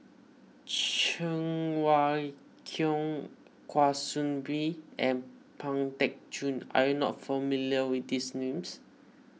Cheng Wai Keung Kwa Soon Bee and Pang Teck Joon are you not familiar with these names